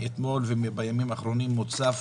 בימים האחרונים אני מוצף